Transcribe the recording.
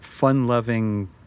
Fun-loving